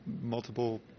multiple